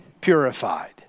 purified